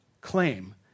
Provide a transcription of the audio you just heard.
claim